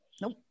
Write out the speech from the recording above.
Nope